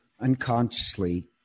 unconsciously